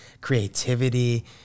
creativity